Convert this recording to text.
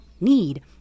need